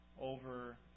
over